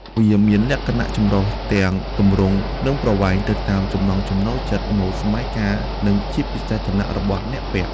វាមានលក្ខណៈចម្រុះទាំង ទម្រង់ និងប្រវែង ទៅតាមចំណង់ចំណូលចិត្ត ម៉ូដសម័យកាល និងជាពិសេសឋានៈរបស់អ្នកពាក់។